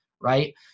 right